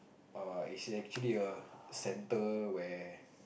err it's actually a centre where